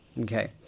Okay